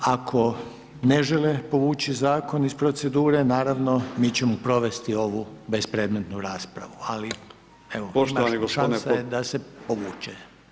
Ako ne žele povući zakon iz procedure, naravno, mi ćemo provesti ovu bespredmetnu raspravu, ali evo šansa je da se povuće.